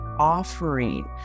offering